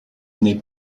n’est